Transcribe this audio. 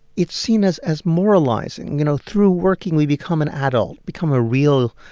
it's seen as as moralizing you know, through working, we become an adult, become a real,